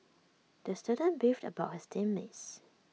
the student beefed about his team mates